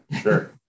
sure